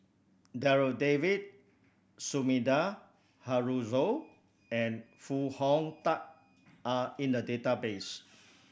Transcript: Darryl David Sumida Haruzo and Foo Hong Tatt are in the database